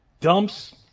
dumps